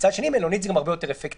מצד שני, מלונית זה גם הרבה יותר אפקטיבי.